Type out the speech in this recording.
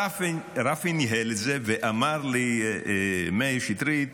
רפי ניהל את זה, ומאיר שטרית